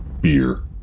Beer